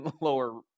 lower